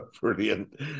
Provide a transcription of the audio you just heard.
Brilliant